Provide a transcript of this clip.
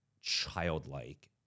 childlike